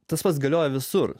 tas pats galioja visur